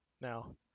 now